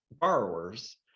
borrowers